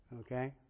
Okay